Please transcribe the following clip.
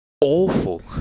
awful